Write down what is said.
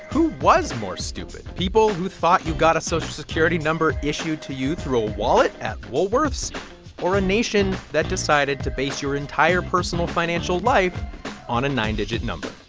who was more stupid people who thought you got a social security number issued to you through a wallet at woolworths or a nation that decided to base your entire personal financial life on a nine-digit number?